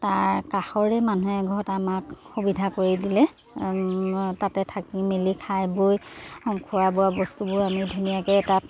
তাৰ কাষৰে মানুহ এঘৰত আমাক সুবিধা কৰি দিলে তাতে থাকি মেলি খাই বৈ খোৱা বোৱা বস্তুবোৰ আমি ধুনীয়াকৈ তাত